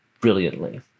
brilliantly